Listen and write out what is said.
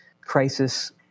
crisis